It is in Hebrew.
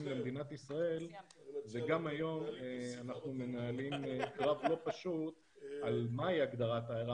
למדינת ישראל וגם היום אנחנו מנהלים קרב לא פשוט על מהי הגדרת איירה.